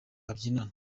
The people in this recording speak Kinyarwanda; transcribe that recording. babyinana